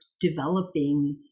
developing